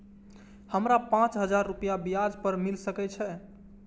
हमरा पाँच हजार रुपया ब्याज पर मिल सके छे?